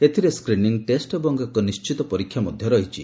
ଏଥିରେ screening test ଏବଂ ଏକ ନିର୍ଣ୍ଣିତ ପରୀକ୍ଷା ମଧ୍ୟ ରହିଛି